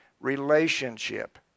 relationship